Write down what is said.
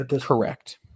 Correct